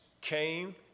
came